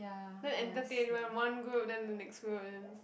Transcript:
then entertain one one group then the next group then